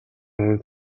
хүн